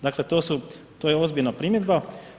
Dakle to je ozbiljna primjedba.